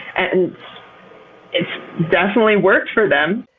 and it's definitely worked for them.